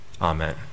Amen